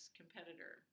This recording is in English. competitor